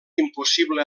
impossible